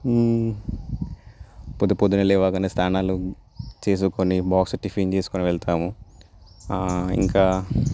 పొద్దుపొద్దునే లేవగానే స్నానాలు చేసుకొని బాక్స్ టిఫిన్ తీసుకుని వెళ్తాము ఇంకా